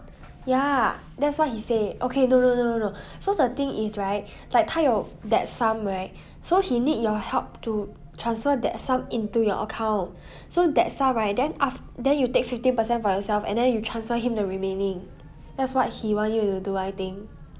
ya that's what he say okay no no no no no so the thing is right like 他有 that sum rght so he need your help to transfer that sum into your account so that sum right then aft~ then you take fifteen per cent for yourself and then you transfer him the remaining that's what he want you to do I think